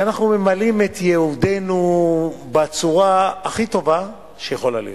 שאנחנו ממלאים את יעודנו בצורה הכי טובה שיכולה להיות.